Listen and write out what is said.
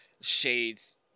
Shades